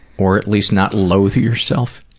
or at least not loathe yourself?